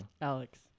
Alex